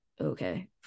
Okay